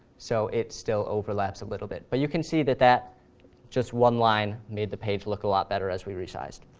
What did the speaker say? so it still overlaps a little bit, but you can see that that one line made the page look a lot better as we resized.